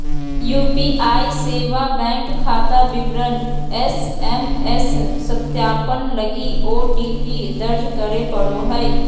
UPI सेवा bank खाता विवरण एस.एम.एस सत्यापन लगी ओ.टी.पी दर्ज करे पड़ो हइ